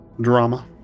drama